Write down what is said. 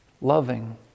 loving